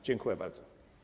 Dziękuję bardzo.